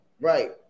Right